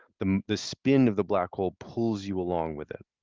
the the spin of the black hole pulls you along with it.